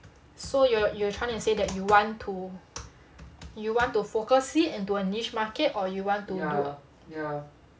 so you're you're trying to say that you want to you want to focus it into a niche market or you want to do a